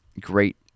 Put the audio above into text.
great